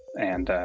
and.